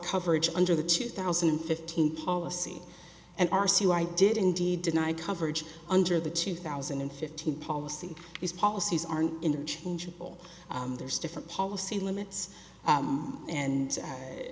coverage under the two thousand and fifteen policy and r c u i did indeed deny coverage under the two thousand and fifteen policy these policies aren't interchangeable there's different policy limits and and